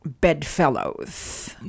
bedfellows